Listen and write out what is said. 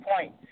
point